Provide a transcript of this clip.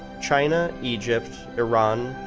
china, egypt, iran,